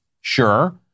sure